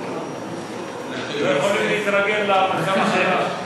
אתם לא יכולים להתרגל למצב החדש.